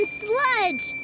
sludge